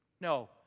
No